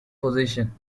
position